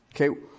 Okay